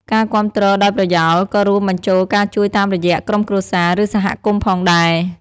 ការគាំទ្រដោយប្រយោលក៏រួមបញ្ចូលការជួយតាមរយៈក្រុមគ្រួសារ ឬ សហគមន៍ផងដែរ។